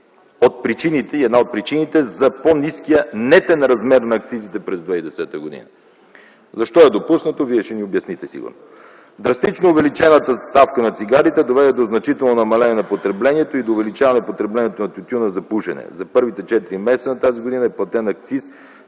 акциз и е една от причините за по-ниския нетен размер на акцизите през 2010 г. Защо е допуснато – Вие ще ми обясните сигурно. Драстично увеличената ставка на цигарите доведе до значително намаление на потреблението и до увеличаване на потреблението на тютюна за пушене. За първите четири месеца на тази година е платен акциз